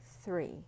three